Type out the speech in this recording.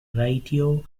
video